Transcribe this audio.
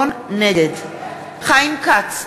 נגד חיים כץ,